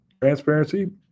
transparency